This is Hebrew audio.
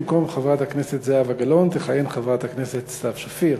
במקום חברת הכנסת זהבה גלאון תכהן חברת הכנסת סתיו שפיר.